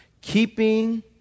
Keeping